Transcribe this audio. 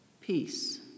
Peace